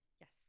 Yes